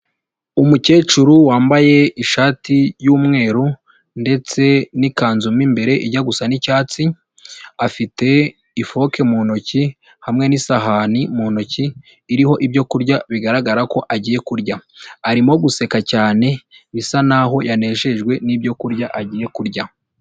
Umukecuru wambaye ishati y'umweru, ndetse n'ikanzu mo imbere ijya gusa n'icyatsi, afite ifoke mu ntoki hamwe n'isahani mu ntoki, iriho ibyokurya bigaragara ko agiye kurya. Arimo guseka cyane bisa naho yanejejwe n'ibyo kurya agiye kurya.